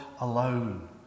alone